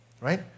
right